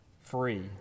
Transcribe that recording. free